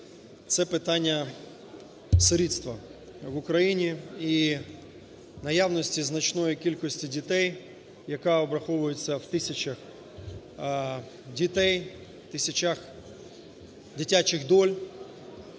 Це питання сирітства в Україні і наявності значної кількості дітей, яка обраховується в тисячах дітей, тисячах дитячих доль.